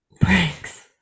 Pranks